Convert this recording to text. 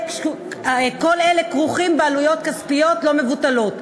כל אלה כרוכים בעלויות כספיות לא מבוטלות.